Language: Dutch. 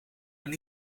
maar